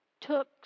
took